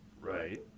Right